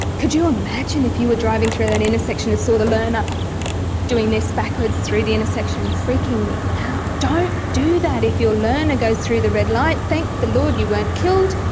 could you imagine if you were driving through that intersection and saw the learner doing this backwards through the intersection, freaking me out. don't do that. if your learner goes through the red light, thank the lord you weren't killed,